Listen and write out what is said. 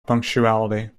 punctuality